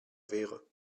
wäre